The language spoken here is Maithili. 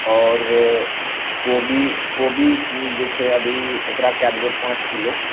आओर कोबी कोबी जे छै अभी एकरा कै देबै पाँच किलो